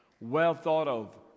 well-thought-of